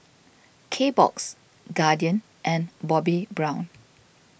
Kbox Guardian and Bobbi Brown